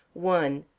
one.